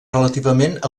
relativament